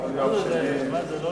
הולכים לפי הסדר?